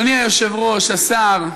אדוני היושב-ראש, השר,